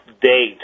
date